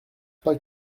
pas